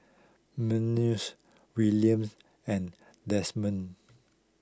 Willian's and Desmond